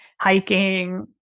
hiking